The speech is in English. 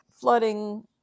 flooding